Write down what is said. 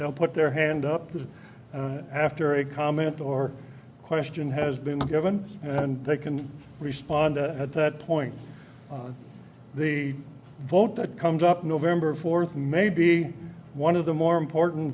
they'll put their hand up to after a comment or question has been given and they can respond at that point the vote that comes up in ember fourth may be one of the more important